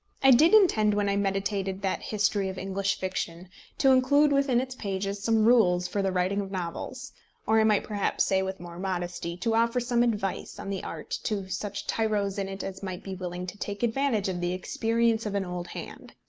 i did intend when i meditated that history of english fiction to include within its pages some rules for the writing of novels or i might perhaps say, with more modesty, to offer some advice on the art to such tyros in it as might be willing to take advantage of the experience of an old hand.